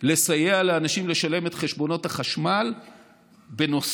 לסייע לאנשים לשלם את חשבונות החשמל בנוסף